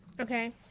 Okay